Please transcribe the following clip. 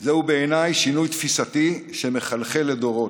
זה בעיניי שינוי תפיסתי שמחלחל לדורות.